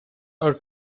are